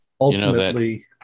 ultimately